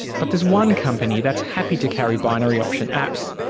but there's one company that's happy to carry binary option apps,